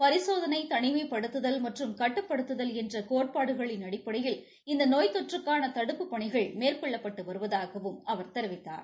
பரிசோதனை தனிமைப்படுத்துதல் மற்றும் கட்டுப்படுத்துதல் என்ற கோட்பாடுகளின் அடிப்படையில் இந்த நோய் தொற்றுக்கான தடுப்புப் பணிகள் மேற்கொள்ளப்பட்டு வருவதாகவும் அவர் தெரிவித்தார்